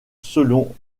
selon